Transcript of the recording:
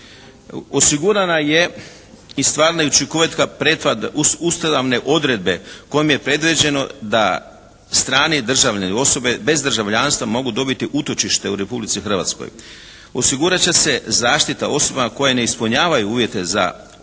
Osigurana je i stvarna i učinkovita …/Govornik se ne razumije./… odredbe kojom je predviđeno da strani državljani, osobe bez državljanstva mogu dobiti utočište u Republici Hrvatskoj. Osigurat će se zaštita osoba koje ne ispunjavaju uvjete za odobrenje